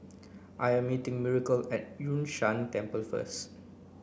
I am meeting Miracle at Yun Shan Temple first